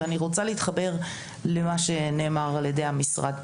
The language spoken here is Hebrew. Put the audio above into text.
ואני רוצה להתחבר למה שנאמר על ידי המשרד.